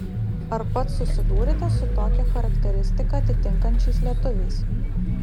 ar pats susidūrėte su tokią charakteristiką atitinkančiais lietuviais